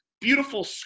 beautiful